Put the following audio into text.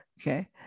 Okay